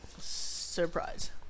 Surprise